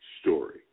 story